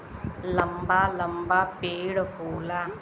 लंबा लंबा पेड़ होला